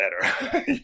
better